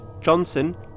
Johnson